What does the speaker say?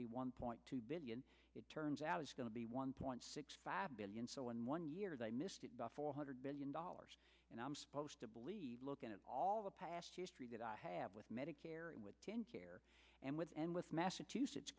be one point two billion it turns out is going to be one point six five billion so in one year they missed it by four hundred billion dollars and i'm supposed to believe looking at all the past year that i have with medicare and with care and with and with massachusetts